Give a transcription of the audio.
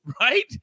right